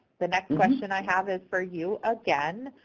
the next question i have is for you again.